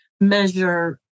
measure